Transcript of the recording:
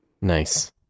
Nice